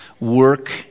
Work